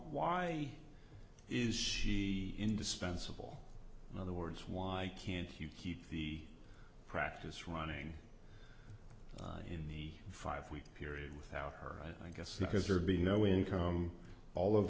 why is she indispensable other words why can't he keep the practice running in the five week period without her i guess because there'd be no income all of